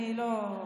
אני לא,